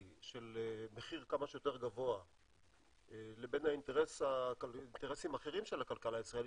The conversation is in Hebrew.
של מחיר כמה שיותר גבוה לבין אינטרסים אחרים של הכלכלה הישראלית,